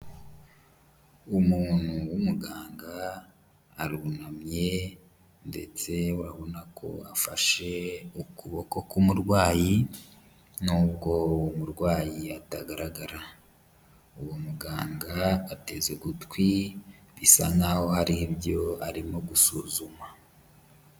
Umuntu w'umuganga arunamye ndetse urabona ko afashe ukuboko k'umurwayi nubwo uwo murwayi atagaragara. Uwo muganga ateze ugutwi bisa nkaho hari ibyo arimo gusuzuma.